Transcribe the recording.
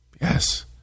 Yes